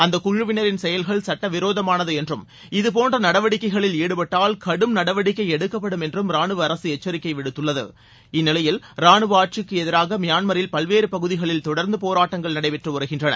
அந்த குழுவினரின் செயல்கள் சட்ட விரோதமானது என்றும் இதுபோன்ற நடவடிக்கைகளில் ஈடுபட்டால் கடும் நடவடிக்கை எடுக்கப்படும் என்றும் ராணுவ அரசு எச்சரிக்கை விடுத்துள்ளது இந்நிலையில் ரானுவ ஆட்சிக்கு எதிராக மியான்மில் பல்வேறு பகுதிகளில் தொடர்ந்து போராட்டங்கள் நடைபெற்று வருகின்றன